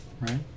right